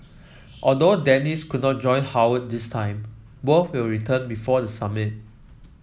although Dennis could not join Howard this time both will return before the summit